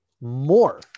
more